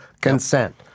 consent